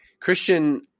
Christian